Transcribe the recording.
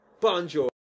Bonjour